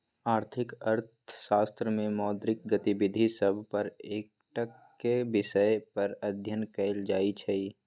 आर्थिक अर्थशास्त्र में मौद्रिक गतिविधि सभ पर एकटक्केँ विषय पर अध्ययन कएल जाइ छइ